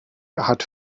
hat